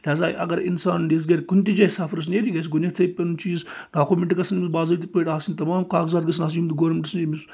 لِہازا اَگَر اِنسان یِژھِ گرِ کُنہِ تہِ جایہِ سَفرَس نیرِ یہِ گَژھِ گۅڈنٮ۪تھٕے پَنُن چیٖز ڈاکومینٹ گَژھَن باظٲبطہٕ پٲٹھۍ آسٕنۍ تَمام کاغذات گَژھَن آسٕنۍ یِم تہِ گورمِنٹَس نِش أمِس